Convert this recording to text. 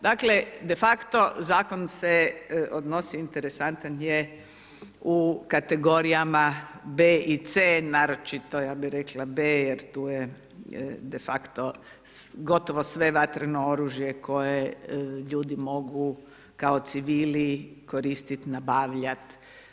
Dakle de facto zakon se odnosi i interesantan je u kategorijama B i C naročito ja bih rekla B jer tu je de facto gotovo sve vatreno oružje koje ljudi mogu kao civili koristiti, nabavljati.